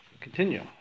Continue